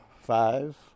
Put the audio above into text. Five